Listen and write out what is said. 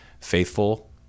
faithful